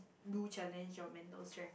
do challenge your mental strength